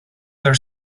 their